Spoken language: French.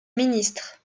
ministre